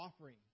offering